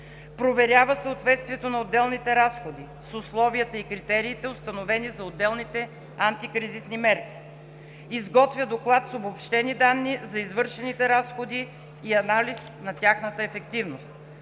Проверява съответствието на отделните разходи с условията и критериите, установени за отделните антикризисни мерки. 3. Изготвя доклад с обобщени данни за извършените разходи и анализ на тяхната ефективност.